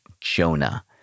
Jonah